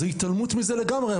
זו התעלמות מזה לגמרי.